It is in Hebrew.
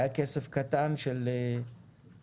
היה כסף קטן של תיקונים,